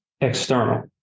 external